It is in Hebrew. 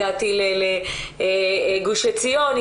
הגעתי לגוש עציון,